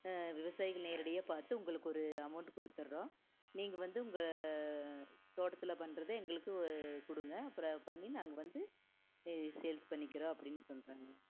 விவசாயிகள் நேரடியாக பார்த்து உங்களுக்கொரு அமௌண்ட் கொடுத்துறோம் நீங்கள் வந்து உங்கள் தோட்டத்தில் பண்ணுறது எங்களுக்கு கொடுங்க அப்புறம் பண்ணி நாங்கள் வந்து சேல்ஸ் பண்ணிக்கிறோம் அப்படின்னு சொல்கிறாங்க